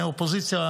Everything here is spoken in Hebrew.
אופוזיציה,